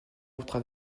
autres